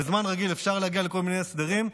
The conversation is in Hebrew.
בזמן רגיל אפשר להגיע לכל מיני הסדרים,